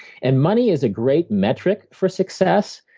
and money is a great metric for success,